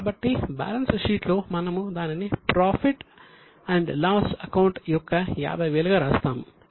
కాబట్టి బ్యాలెన్స్ షీట్లో మనము దానిని ప్రాఫిట్ అండ్ లాస్ అకౌంట్ యొక్క 50000 గా వ్రాస్తాము